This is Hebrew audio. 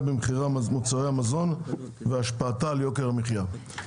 במחירי מוצרי המזון והשפעתה על יוקר המחיה.